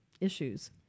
issues